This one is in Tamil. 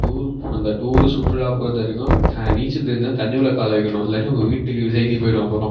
டூரு டூரு சுற்றுலா பொறுத்த வரைக்கும் த நீச்சல் தெரிஞ்சால் தான் தண்ணிக்குள்ளே காலை வைக்கணும் இல்லாட்டி நம்ம வீட்டுக்கு செய்தி போயிடும் அப்புறம்